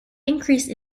increased